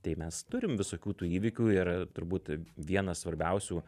tai mes turim visokių tų įvykių ir turbūt vienas svarbiausių